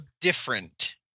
different